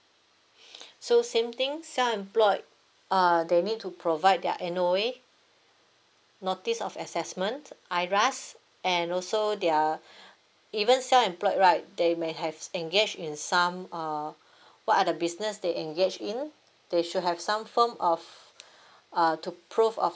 so same thing self employed uh they need to provide their N_O_A notice of assessment IRAS and also their even self employed right they may have engaged in some uh what are the business they engage in they should have some form of uh to prove of